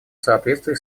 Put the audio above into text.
соответствии